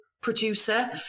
producer